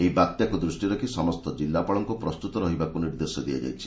ଏହି ବାତ୍ୟାକୁ ଦୃଷ୍ଟିରେ ରଖି ସମସ୍ତ ଜିଲ୍ଲାପାଳମାନଙ୍କୁ ପ୍ରସ୍ତୁତ ରହିବାକୁ ନିର୍ଦ୍ଦେଶ ଦିଆଯାଇଛି